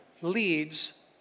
leads